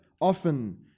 often